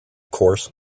course